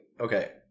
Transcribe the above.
okay